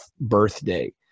birthday